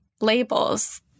labels